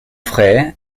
frère